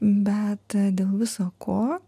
bet dėl viso ko